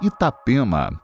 Itapema